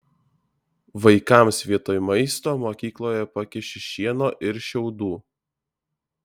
vaikams vietoj maisto mokykloje pakiši šieno ir šiaudų